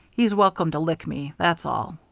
he's welcome to lick me, that's all.